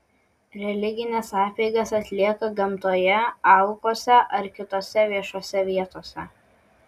religines apeigas atlieka gamtoje alkuose ar kitose viešose vietose